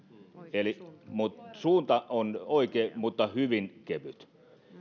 suunta on oikea mutta hyvin kevyt